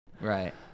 Right